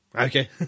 okay